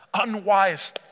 unwise